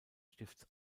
stifts